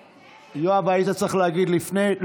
יואב, היית צריך להגיד לפני זה.